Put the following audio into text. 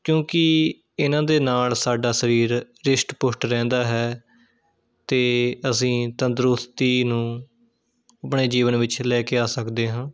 ਕਿਉਂਕਿ ਇਹਨਾਂ ਦੇ ਨਾਲ਼ ਸਾਡਾ ਸਰੀਰ ਰਿਸ਼ਟ ਪੁਸ਼ਟ ਰਹਿੰਦਾ ਹੈ ਅਤੇ ਅਸੀਂ ਤੰਦਰੁਸਤੀ ਨੂੰ ਆਪਣੇ ਜੀਵਨ ਵਿੱਚ ਲੈ ਕੇ ਆ ਸਕਦੇ ਹਾਂ